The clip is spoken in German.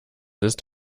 ist